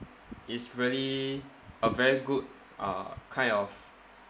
it's really a very good uh kind of